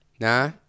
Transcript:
Nah